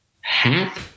hat